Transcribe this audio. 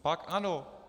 Pak ano.